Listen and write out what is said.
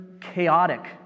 chaotic